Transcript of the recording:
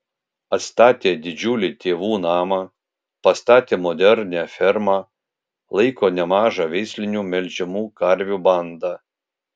atstatė didžiulį tėvų namą pastatė modernią fermą laiko nemažą veislinių melžiamų karvių bandą